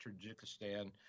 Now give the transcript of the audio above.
Tajikistan